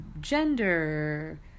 gender